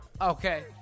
Okay